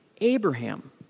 Abraham